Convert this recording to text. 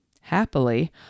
Happily